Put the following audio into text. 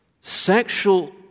Sexual